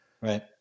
Right